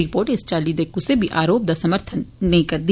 report इस चाली दे कुसै बी आरोप दा समर्थन नेईं करदी